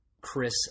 Chris